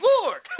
Lord